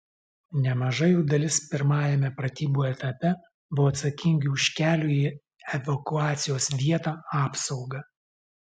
nemaža jų dalis pirmajame pratybų etape buvo atsakingi už kelio į evakuacijos vietą apsaugą